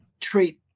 treat